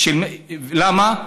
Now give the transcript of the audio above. למה?